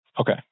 Okay